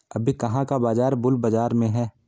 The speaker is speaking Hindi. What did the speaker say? अभी कहाँ का बाजार बुल बाजार में है?